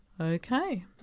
Okay